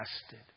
tested